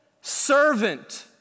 servant